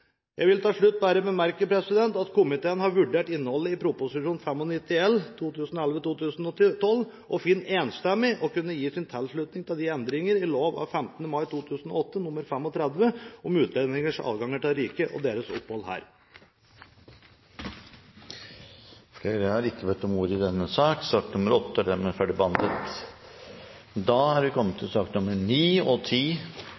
Jeg vil til slutt bemerke at komiteen har vurdert innholdet i Prop. 95 L for 2011–2012 og finner enstemmig å kunne gi sin tilslutning til endringer i lov av 15. mai 2008 nr. 35 om utlendingers adgang til riket og deres opphold her. Flere har ikke bedt om ordet til sak